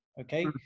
okay